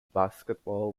basketball